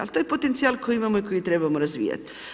Ali to je potencijal koji imamo i koji trebamo razvijati.